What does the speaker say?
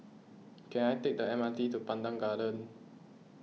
can I take the M R T to Pandan Gardens